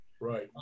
Right